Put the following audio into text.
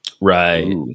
Right